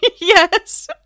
yes